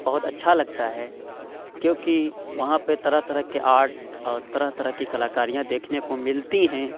بہت اچھا لگتا ہے کیونکہ وہاں پہ طرح طرح کے آرٹ اور طرح طرح کی کلاکاریاں دیکھنے کو ملتی ہیں